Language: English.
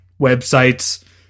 websites